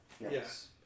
Yes